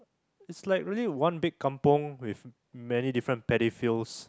it's like really one big kampung with many different paddy fields